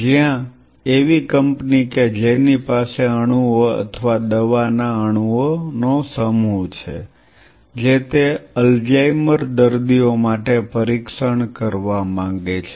જ્યાં એવી કંપની કે જેની પાસે અણુઓ અથવા દવા ના અણુઓ નો સમૂહ છે જે તે અલ્ઝાઇમર દર્દીઓ માટે પરીક્ષણ કરવા માંગે છે